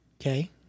okay